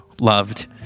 loved